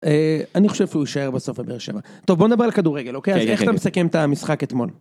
אני חושב שהוא יישאר בסוף בבאר שבע. טוב בוא נדבר על כדורגל אוקיי איך אתה מסכם את המשחק אתמול.